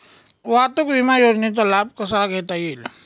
वाहतूक विमा योजनेचा लाभ कसा घेता येईल?